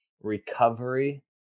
recovery